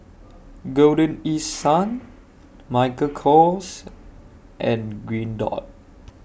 Golden East Sun Michael Kors and Green Dot